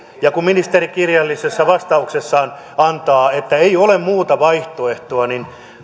ja kun ministeri kirjallisessa vastauksessaan sanoo että ei ole muuta vaihtoehtoa niin